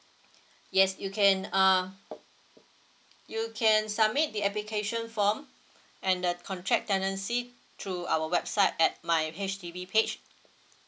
yes you can uh you can submit the application form and the contract tenancy through our website at my H_D_B page